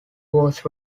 was